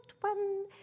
one